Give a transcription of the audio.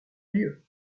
lieues